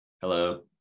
hello